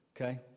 Okay